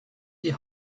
die